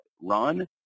run